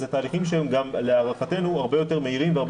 אלה תהליכים שלהערכתנו הם גם הרבה יותר מהירים והרבה